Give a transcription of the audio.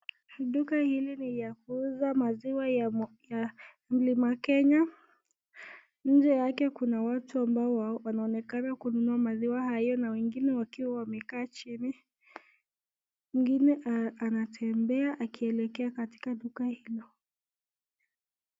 Duka hili ni la kuuza maziwa ya mlima Kenya .Nje yake kunaonekana watu wanaonunua maziwa hayo na wengine wakionekaa wamekaa chini .Mwingine anatembea akielekea katika duka hilo.